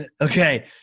okay